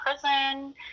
prison